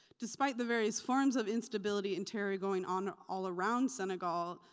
despite the various forms of instability and terror going on all around senegal,